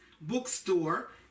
Bookstore